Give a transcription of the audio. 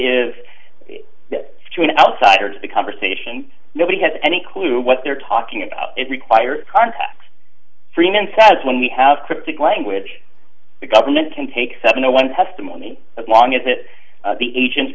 is to an outsider to the conversation nobody has any clue what they're talking about it requires context freeman says when we have cryptic language the government can take seven o one testimony as long as that the agent